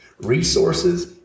resources